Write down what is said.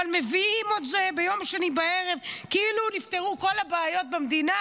אבל מביאים את זה ביום שני בערב כאילו נפתרו כל הבעיות במדינה,